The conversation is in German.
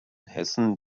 hessen